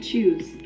choose